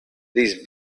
these